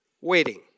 waiting